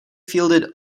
fielded